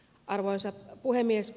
arvoisa puhemies